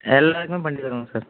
எல்லோருக்குமே பண்ணித் தருவோம் சார்